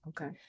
Okay